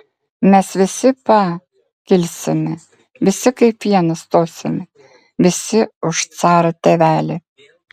mes visi pa kilsime visi kaip vienas stosime visi už carą tėvelį